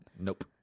Nope